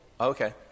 okay